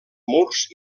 murs